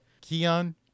Keon